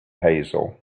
hazel